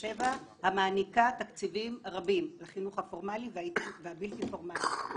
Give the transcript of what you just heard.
המעניקה תקציבים רבים לחינוך הפורמלי והבלתי פורמלי.